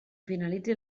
finalitzi